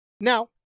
now